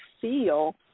feel